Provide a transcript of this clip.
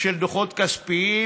של דוחות כספיים